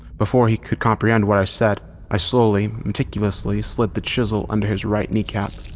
before he could comprehend what i said, i slowly, meticulously slid the chisel under his right knee cap.